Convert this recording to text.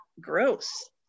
gross